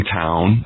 town